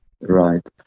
right